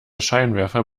scheinwerfer